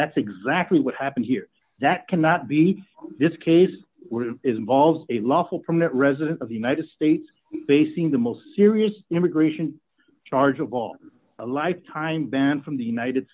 that's exactly what happened here that cannot be this case which is involves a lawful permanent resident of the united states facing the most serious immigration charge of all a lifetime ban from the united